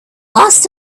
last